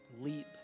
leap